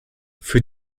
für